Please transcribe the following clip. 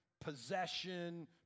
possession